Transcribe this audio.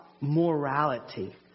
morality